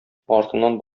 артыннан